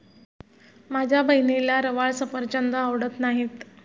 माझ्या बहिणीला रवाळ सफरचंद आवडत नाहीत